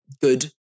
good